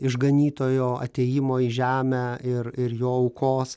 išganytojo atėjimo į žemę ir ir jo aukos